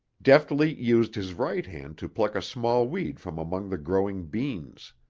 deftly used his right hand to pluck a small weed from among the growing beans.